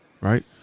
Right